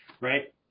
right